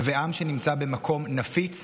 ועם שנמצא במקום נפיץ,